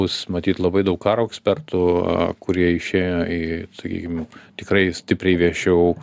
bus matyt labai daug karo ekspertų kurie išėjo į sakykim tikrai stipriai viešiau